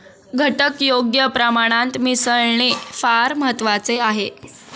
घटक योग्य प्रमाणात मिसळणे फार महत्वाचे आहे